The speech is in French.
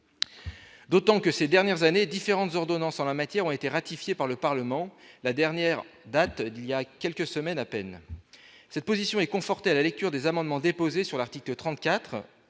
D'autant que ces dernières années différentes ordonnance en la matière ont été ratifiées par le Parlement, la dernière date d'il y a quelques semaines à peine, cette position est conforté à la lecture des amendements déposés sur l'article 34